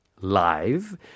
live